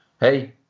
hey